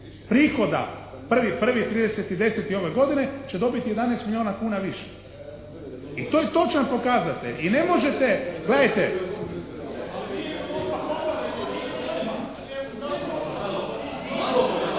prihoda 1.1., 30.10. ove godine će dobiti 11 milijuna kuna više i to je točan pokazatelj i ne možete, gledajte…